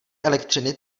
elektřiny